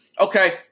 Okay